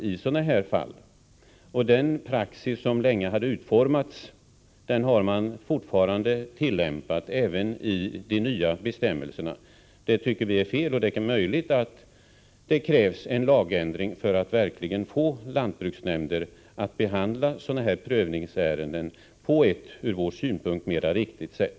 Den praxis som sedan länge varit utformad har man fortsatt att tillämpa, även i de nya bestämmelserna. Vi tycker att det är fel, och det är möjligt att det krävs en lagändring för att verkligen få lantbruksnämnderna att behandla sådana här prövningsärenden på ett ur vår synpunkt viktigt sätt.